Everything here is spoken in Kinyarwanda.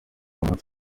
munsi